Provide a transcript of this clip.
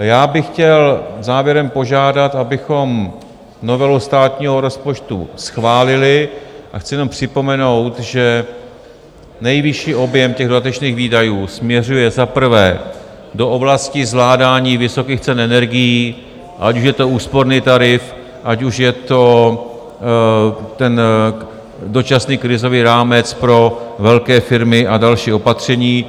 Já bych chtěl závěrem požádat, abychom novelu státního rozpočtu schválili, a chci jenom připomenout, že nejvyšší objem těch dodatečných výdajů směřuje za prvé do oblasti zvládání vysokých cen energií, ať už je to úsporný tarif, ať už je to ten dočasný krizový rámec pro velké firmy a další opatření.